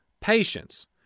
patience